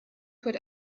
put